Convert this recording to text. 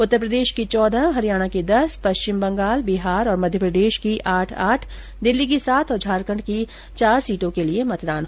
उत्तर प्रदेश की चौदह हरियाणा की दस पश्चिम बंगाल बिहार और मध्यप्रदेश की आठ आठ दिल्ली की सात और झारखंड की चार सीटों के लिए मतदान होगा